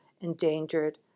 endangered